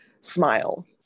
smile